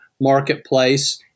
marketplace